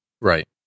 Right